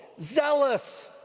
Zealous